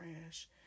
trash